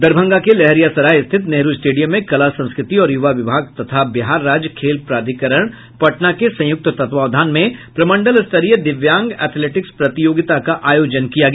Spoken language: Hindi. दरभंगा के लहेरियासराय स्थित नेहरू स्टेडियम में कला संस्कृति और युवा विभाग तथा बिहार राज्य खेल प्राधिकरण पटना के संयुक्त तत्वधान में प्रमंडल स्तरीय दिव्यांग एथेलेटिक्स प्रतियोगिता का आयोजन किया गया